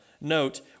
Note